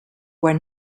were